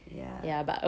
ya